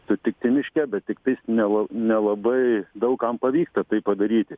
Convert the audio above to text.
sutikti miške bet tiktais nela nelabai daug kam pavyksta tai padaryti